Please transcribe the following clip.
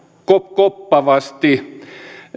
koppavasti